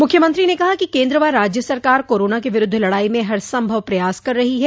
मुख्यमंत्री ने कहा कि केन्द्र व राज्य सरकार कोरोना के विरूद्व लड़ाई में हर संभव प्रयास कर रही है